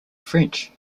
french